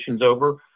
over